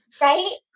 Right